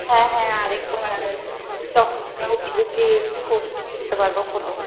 হ্যাঁ হ্যাঁ আরেকবার তখন আমরাও পোস্ট করতে পারব ফটো